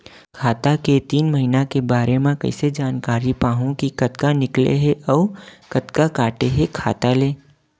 खाता के तीन महिना के बारे मा कइसे जानकारी पाहूं कि कतका निकले हे अउ कतका काटे हे खाता ले?